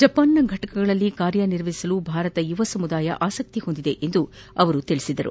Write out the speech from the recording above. ಜಪಾನ್ನ ಘಟಕಗಳಲ್ಲಿ ಕಾರ್ಯನಿರ್ವಹಿಸಲು ಭಾರತ ಯುವಸಮುದಾಯವು ಆಸಕ್ತಿ ಹೊಂದಿದೆ ಎಂದು ಅವರು ಹೇಳಿದರು